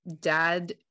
dad